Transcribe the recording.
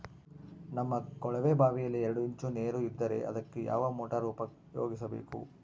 ನಮ್ಮ ಕೊಳವೆಬಾವಿಯಲ್ಲಿ ಎರಡು ಇಂಚು ನೇರು ಇದ್ದರೆ ಅದಕ್ಕೆ ಯಾವ ಮೋಟಾರ್ ಉಪಯೋಗಿಸಬೇಕು?